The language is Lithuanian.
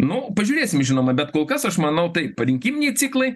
nu pažiūrėsim žinoma bet kol kas aš manau taip rinkiminiai ciklai